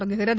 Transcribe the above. தொடங்குகிறது